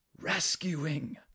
rescuing